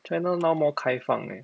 china now more 开放 leh